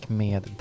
med